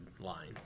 line